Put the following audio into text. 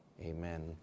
Amen